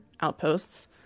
outposts